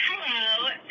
hello